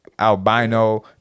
Albino